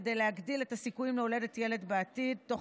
כדי להגדיל את הסיכוי להולדת ילד בעתיד תוך